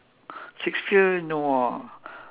shakespeare no ah